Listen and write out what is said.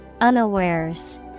Unawares